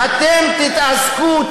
אתם תתעסקו,